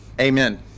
amen